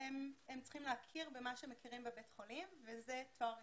הם צריכים להכיר במה שמכירים בבית חולים וזה תואר ראשון.